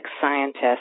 scientists